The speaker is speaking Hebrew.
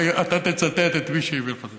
אתה תצטט את מי שהביא לך.